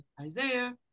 Isaiah